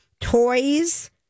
toys